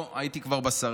לא, כבר הייתי בשרה.